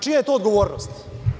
Čija je to odgovornost?